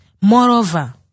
Moreover